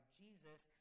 jesus